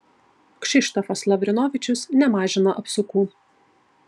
kšištofas lavrinovičius nemažina apsukų